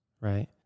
right